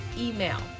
email